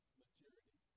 maturity